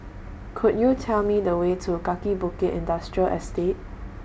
Could YOU Tell Me The Way to Kaki Bukit Industrial Estate